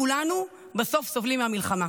כולנו בסוף סובלים מהמלחמה.